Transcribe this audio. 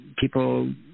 people